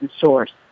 source